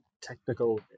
technical